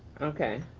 okay.